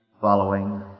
following